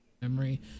Memory